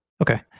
Okay